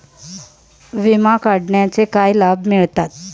विमा काढण्याचे काय लाभ मिळतात?